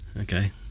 okay